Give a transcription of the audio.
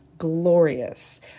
glorious